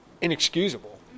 inexcusable